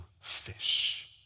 fish